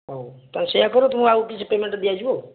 ହେଉ ତ ସେୟା କର ତୁମକୁ ଆଉ କିଛି ପେମେଣ୍ଟ ଦିଆଯିବ ଆଉ